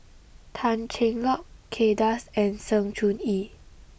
Tan Cheng Lock Kay Das and Sng Choon Yee